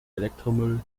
elektromüll